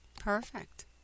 Perfect